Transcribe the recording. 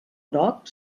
groc